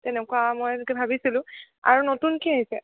তেনেকুৱা মই এনেকে ভাবিছিলোঁ আৰু নতুন কি আহিছে